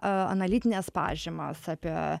analitines pažymas apie